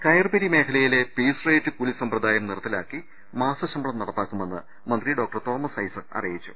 കയർപിരി മേഖലയിലെ piece rate കൂലി സമ്പ്രദായം നിർത്ത ലാക്കി മാസ ശമ്പളം നടപ്പാക്കുമെന്ന് മന്ത്രി ിഡോക്ടർ തോമസ് ഐസക് അറിയിച്ചു